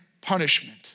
punishment